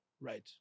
Right